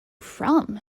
from